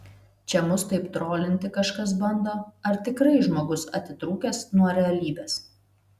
čia mus taip trolinti kažkas bando ar tikrai žmogus atitrūkęs nuo realybės